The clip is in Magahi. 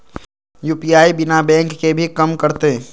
यू.पी.आई बिना बैंक के भी कम करतै?